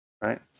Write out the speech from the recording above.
right